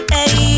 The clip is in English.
Hey